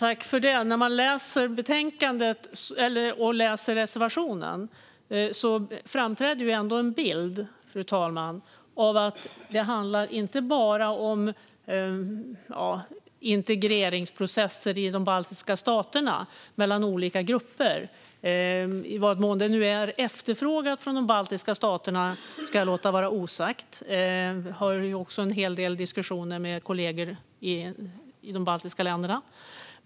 Fru talman! När man läser betänkandet och reservationen framträder ändå en bild av att det inte bara handlar om integreringsprocesser i de baltiska staterna mellan olika grupper. I vad mån det nu är efterfrågat från de baltiska staterna ska jag låta vara osagt; vi har ju också en hel del diskussion med kollegor i de baltiska länderna.